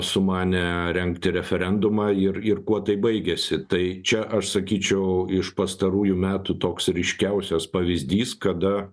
sumanė rengti referendumą ir ir kuo tai baigėsi tai čia aš sakyčiau iš pastarųjų metų toks ryškiausias pavyzdys kada